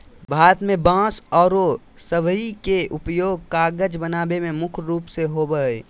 भारत में बांस आरो सबई के उपयोग कागज बनावे में मुख्य रूप से होबो हई